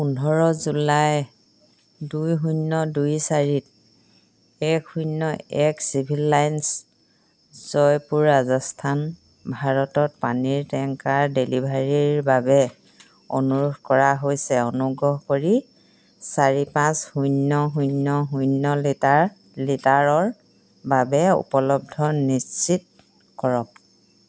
পোন্ধৰ জুলাই দুই শূন্য দুই চাৰিত এক শূন্য এক চিভিল লাইন্স জয়পুৰ ৰাজস্থান ভাৰতত পানীৰ টেংকাৰ ডেলিভাৰীৰ বাবে অনুৰোধ কৰা হৈছে অনুগ্ৰহ কৰি চাৰি পাঁচ শূন্য শূন্য শূন্য লিটাৰ লিটাৰৰ বাবে উপলব্ধ নিশ্চিত কৰক